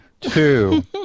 two